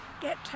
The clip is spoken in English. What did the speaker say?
get